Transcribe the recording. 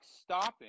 stopping